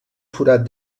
forat